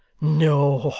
no.